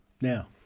Now